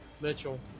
Mitchell